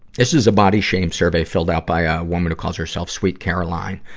this is a body shame survey filled out by a woman who calls herself sweet caroline.